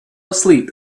asleep